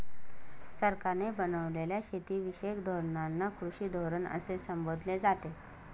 सरकारने बनवलेल्या शेतीविषयक धोरणांना कृषी धोरण असे संबोधले जाते